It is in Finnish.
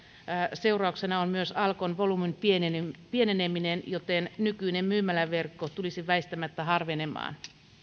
seurauksena on myös alkon volyymin pieneneminen pieneneminen joten nykyinen myymäläverkko tulisi väistämättä harvenemaan